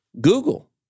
Google